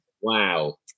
Wow